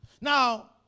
Now